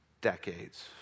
decades